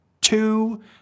two